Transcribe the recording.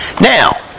now